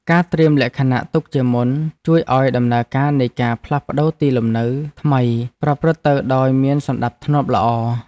ការត្រៀមលក្ខណៈទុកជាមុនជួយឱ្យដំណើរការនៃការផ្លាស់ប្ដូរទីលំនៅថ្មីប្រព្រឹត្តទៅដោយមានសណ្ដាប់ធ្នាប់ល្អ។